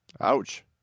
Ouch